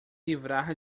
livrar